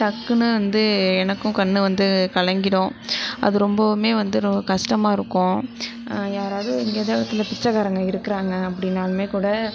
டக்குனு வந்து எனக்கும் கண் வந்து கலங்கிடும் அது ரொம்பவுமே வந்து கஷ்டமாக இருக்கும் யாராவது எங்கேயாவது ஓரு இடத்துல பிச்சைக்காரங்க இருக்கிறாங்க அப்படினாலுமே கூட